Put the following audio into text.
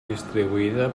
distribuïda